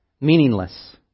Meaningless